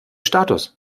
status